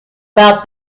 about